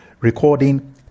recording